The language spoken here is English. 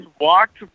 walked